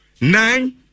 nine